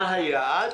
מה היעד